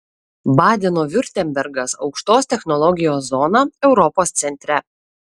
badeno viurtembergas aukštos technologijos zona europos centre